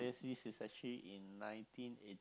is actually in nineteen eighty